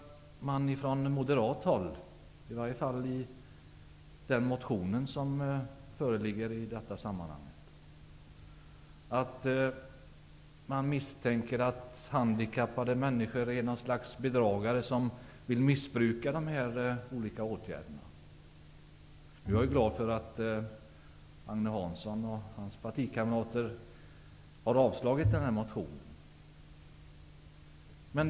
Är det så som i den moderata motionen, att man misstänker att handikappade människor är något slags bedragare som vill missbruka dessa regler? Jag är glad för att Agne Hansson och hans partikamrater har avstyrkt den motionen.